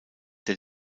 der